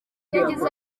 yagize